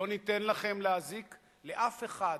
לא ניתן לכם להזיק לאף אחד